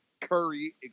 Curry